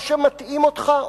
או שמטעים אותך,